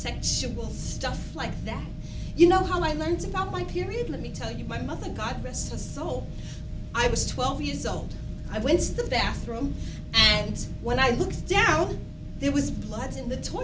sexual stuff like that you know how i learned about my period let me tell you my mother god rest his soul i was twelve years old i winced the bathroom and when i looked down there was blood in the t